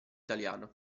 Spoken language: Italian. italiano